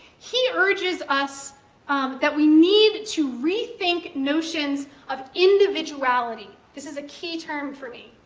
he urges us that we need to rethink notions of individuality. this is a key term for me,